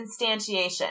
instantiation